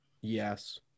yes